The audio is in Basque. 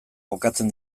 jokatzen